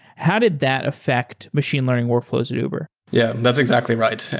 how did that affect machine learning workflows at uber? yeah, that's exactly right.